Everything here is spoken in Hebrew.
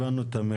הבנו את המסר.